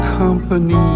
company